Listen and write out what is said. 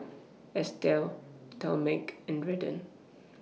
Estell Talmage and Redden